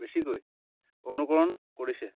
বেছিকৈ অনুকৰণ কৰিছে